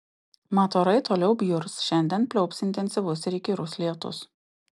mat orai toliau bjurs šiandien pliaups intensyvus ir įkyrus lietus